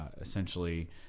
essentially